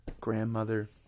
grandmother